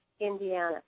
Indiana